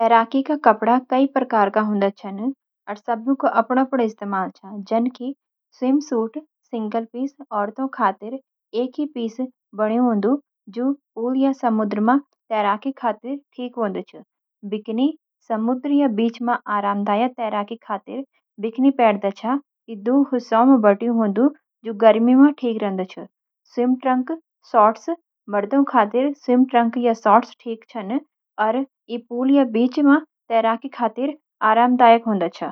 तैराकी के कपड़ा कई प्रकार के छन, अर सबकै अपण अपण इस्तेमाल छै। जैंकि: स्विमसूट (सिंगल पीस) – औरतों खातिर, एक ही पीस में बणण हुंदा जो पूल या समुद्र में तैराकी खातिर ठिक हों दु छन। बिकिनी – समुंदर या बीच में आरामदायक तैराकी खातिर बिकिनी पहरदा छ। ई दो हिस्स्याँ में हुंदी, जो गर्मी में ठिक रेंदु छन। स्विम ट्रंक/शॉर्ट्स – मर्दों खातिर स्विम ट्रंक या शॉर्ट्स ठिक छन, अर ई पूल या बीच तैराकी खातिर आरामदायक हों दा छन।